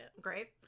Great